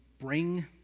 bring